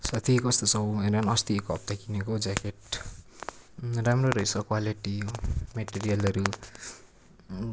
साथी कस्तो छौ हेरेन न अस्तिको हप्ता किनेको ज्याकेट राम्रो रहेछ क्वालिटी मेटेरियलहरू